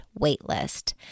waitlist